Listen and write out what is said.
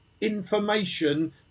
information